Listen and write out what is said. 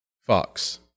Fox